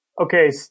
Okay